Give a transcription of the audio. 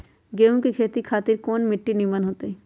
गेंहू की खेती खातिर कौन मिट्टी निमन हो ताई?